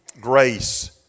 Grace